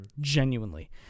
Genuinely